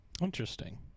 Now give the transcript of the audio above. Interesting